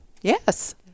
yes